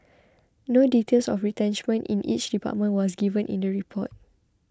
no details of retrenchment in each department was given in the report